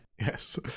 yes